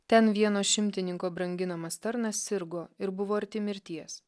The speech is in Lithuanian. ten vieno šimtininko branginamas tarnas sirgo ir buvo arti mirties